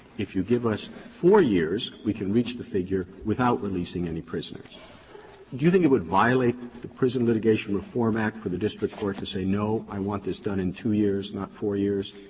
if you give us four years, we can reach the figure without releasing any prisoners. do you think it would violate the prison litigation reform act for the district court to say, no, i want this done in two years, not four years,